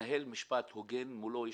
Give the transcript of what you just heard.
ומתנהל משפט הוגן מולו.